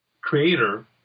creator